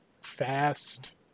fast